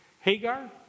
Hagar